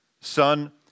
son